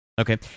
Okay